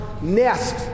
nest